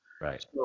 Right